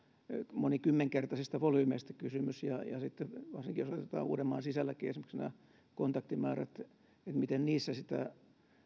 monikymmenkertaisista volyymeista kysymys varsinkin jos otetaan uudenmaan sisälläkin esimerkiksi nämä kontaktimäärät niin se miten niissä sitä